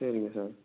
சரிங்க சார்